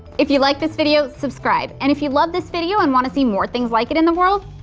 if you like this video subscribe and if you loved this video and want to see more things like it in the world,